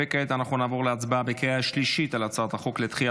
כעת נעבור להצבעה בקריאה שלישית על הצעת החוק לדחיית